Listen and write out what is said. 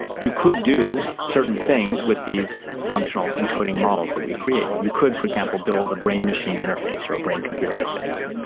you could do certain things with these functional encoding models that we create. you could, for example, build a brain machine interface or a brain computer interface.